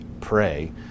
pray